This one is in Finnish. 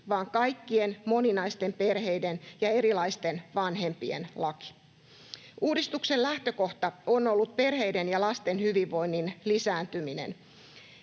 vaan kaikkien moninaisten perheiden ja erilaisten vanhempien laki. Uudistuksen lähtökohta on ollut perheiden ja lasten hyvinvoinnin lisääntyminen.